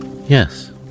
Yes